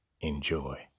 Enjoy